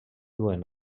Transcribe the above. duent